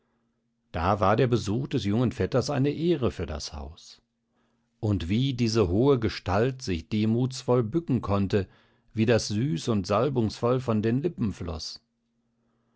da war der besuch des jungen vetters eine ehre für das haus und wie diese hohe gestalt sich demutsvoll bücken konnte wie das süß und salbungsvoll von den lippen floß